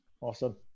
Awesome